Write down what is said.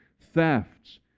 thefts